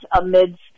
amidst